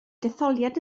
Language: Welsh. detholiad